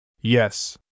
Yes